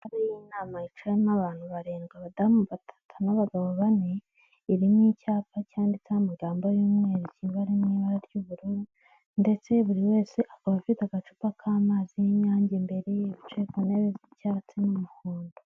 Inama yicayemo abantu barindwi: abadamu batatu n'abagabo bane, irimo icyapa cyanditseho amagambo y'umweru kiri mu ibara ry'ubururu; ndetse buri wese akaba afite agacupa k'amazi y'inyange imbere ye, bicaye ku ntebe by'icyatsi n'umuhondo.